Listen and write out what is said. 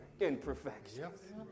imperfections